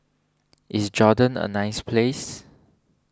is Jordan a nice place